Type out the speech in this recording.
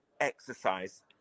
exercise